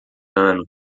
ano